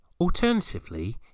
Alternatively